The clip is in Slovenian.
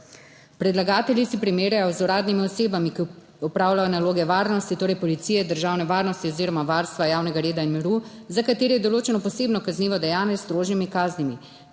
Predlagatelji se primerjajo z uradnimi osebami, ki opravljajo naloge varnosti, torej policija, državne varnosti oziroma varstva javnega reda in miru, za katere je določeno posebno kaznivo dejanje s strožjimi kaznimi.